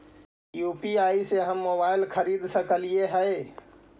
UPI से हम mobile खरिद सकलिऐ है